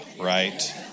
right